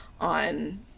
on